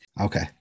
Okay